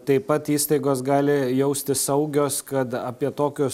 taip pat įstaigos gali jaustis saugios kad apie tokius